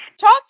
Talk